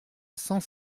cent